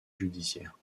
judiciaires